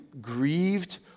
grieved